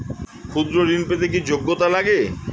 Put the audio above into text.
ক্ষুদ্র ঋণ পেতে কি যোগ্যতা লাগে?